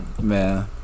Man